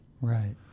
Right